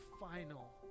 final